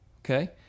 okay